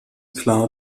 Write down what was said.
klar